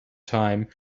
time